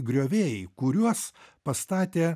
griovėjai kuriuos pastatė